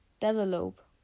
Develop